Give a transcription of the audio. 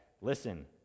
listen